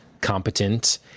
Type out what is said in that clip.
competent